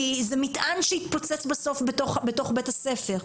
כי זה מטען שיתפוצץ בסוף בתוך בית הספר.